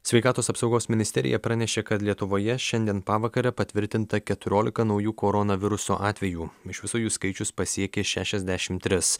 sveikatos apsaugos ministerija pranešė kad lietuvoje šiandien pavakare patvirtinta keturiolika naujų koronaviruso atvejų iš viso jų skaičius pasiekė šešiasdešimt tris